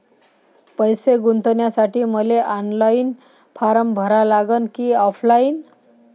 पैसे गुंतन्यासाठी मले ऑनलाईन फारम भरा लागन की ऑफलाईन?